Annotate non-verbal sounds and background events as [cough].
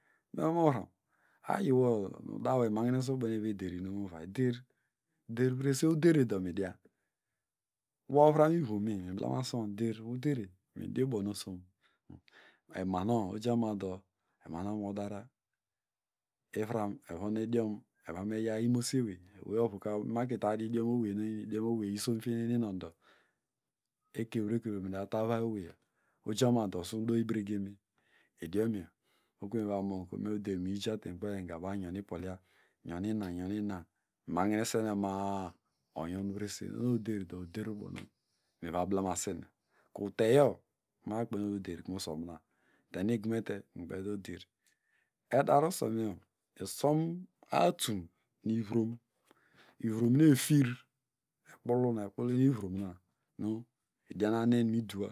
[unintelligible] ayiwo dawo emahnesovon bonu evameder inum der, der vrese udere do midia wo ovrom ivome miblemaswon der udere medibonism emanown ojama ado emanown emano modara ivram evon idiom evomeyaw imose ewey oweyovuta imaki ladidiom eweynu idiom owey nu isomfieknen ininowndo ekevrekevo midametauvay oney ojama ado osidoybregenme idiomyo okuveni uvo mon [unintelligible] idiomoyo bayon ipolia nyon ina yon ina mimahnesenuyima a onyonvresen ohonu oder do oder ubovi mivablemasen kuteyo minakpeyn moderusome tenigumeta mkpertoyi oder keadare usomyo usomatum nu ivrom nu efir ekpulu ekpulunu ivromna nu ediahnanen mid wa